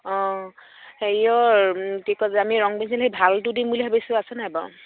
অঁ হেৰিয়ৰ কি কয় যে আমি ৰং পেঞ্চিল সেই ভালটো দিম বুলি ভাবিছোঁ আছে নাই বাৰু